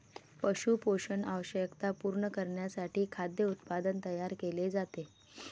पशु पोषण आवश्यकता पूर्ण करण्यासाठी खाद्य उत्पादन तयार केले जाते